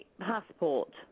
passport